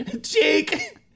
jake